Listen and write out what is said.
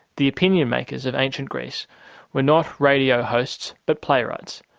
the opinion makers of ancient greece were not radio hosts but playwrights,